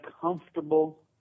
comfortable